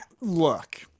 Look